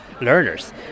learners